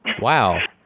Wow